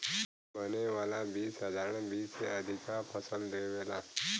बने वाला बीज साधारण बीज से अधिका फसल देवेला